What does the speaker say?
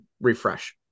refresh